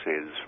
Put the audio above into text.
says